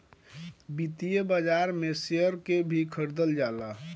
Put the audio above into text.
वित्तीय बाजार में शेयर के भी खरीदल जाला